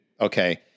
okay